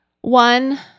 One